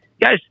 Guys